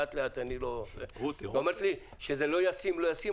לאט-לאט שזה לא ישים,